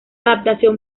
adaptación